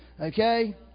okay